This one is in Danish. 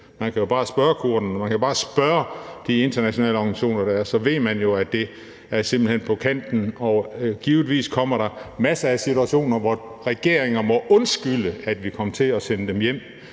Man kan jo bare spørge kurderne, og man kan bare spørge de internationale organisationer, for så ved man jo, at det simpelt hen er på kanten, og at der givetvis kommer masser af situationer, hvor regeringer må undskylde, at de kom til at sende dem hjem,